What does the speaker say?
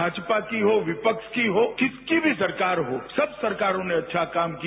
भाजपा कीहो विपक्ष की हो किसकी भी सरकार हो सब सरकारों ने अच्छा काम किया